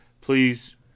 please